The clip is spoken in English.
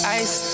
ice